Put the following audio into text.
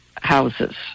houses